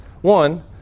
one